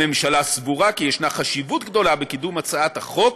הממשלה סבורה כי יש חשיבות גדולה בקידום הצעת החוק,